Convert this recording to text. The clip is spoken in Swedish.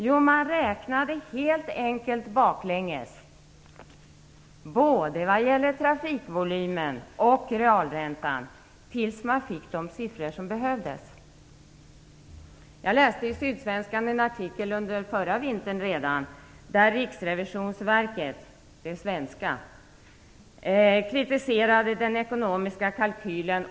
Jo, man räknade helt enkelt baklänges, både vad gäller trafikvolymen och vad gäller realräntan, tills man fick fram de siffror som behövdes. Jag läste redan under förra vintern en artikel i Sydsvenskan, där det svenska Riksrevisionsverket kritiserade den ekonomiska kalkylen.